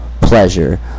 pleasure